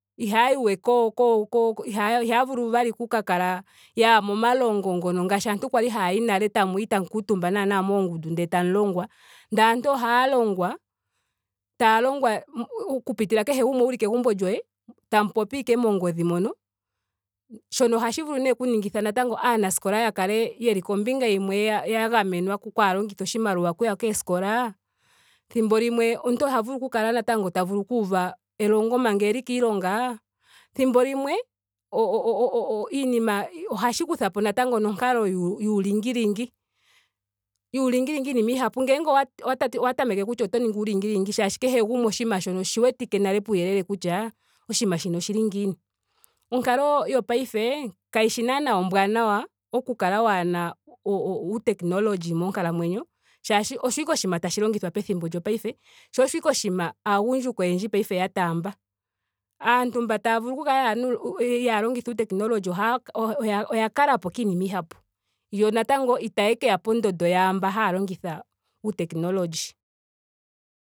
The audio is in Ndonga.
Ihaayi we koo- ko- ihaaya vulu we oku kala yaya momalongo ngono ngaashi aantu kwali haayi nale tamuyi tamu yi tamu kuutumba naana moongundu ndele tamu longwa. Ndele aantu ohaya longwa. taya longwa oku pitila kehe gumwe uli kegumbo lyoye tamu popi ashike mongodhi moka. Shono ohashi vulu nee oku ningitha natango aanaskola ya kale yeli kombinga yimwe ya- ya gamenwa okwaaha longitha oshimaliwa okuya kooskola. Thimbo limwe omuntu oha vulu oku kala natango ta vulu okuuva elongo manga eli kiiilonga. Thimbo limwe o- o- o- o iinima ohashi kuthapo natango nonkalo yuulingilingi. Yuulingilingi iinima oyindji ngele owa tameke owa tameke kutya oto ningi uulingilingi shaashi kehe gumwe oshinima shono oshi wetike nale puuyelele kutya oshinima shino oshili ngiini. Onkalo yopaife kayishi naana ombwaanawa oku kala waahena uu- uu technology monkalamwenyo shaashi osho ashike oshinima tashi longithwa pethimbo lyopaife. sho osho ashike oshinima paife aagundjuka oyendji ya taamba. Aantu mba taya vulu oku kala yaahena itaaya longitha uuu technology ohaya kala oya kala po kiinima oyindji. Yo natango itaye keya pondondo yaamba haya longitha uu technology.